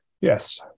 yes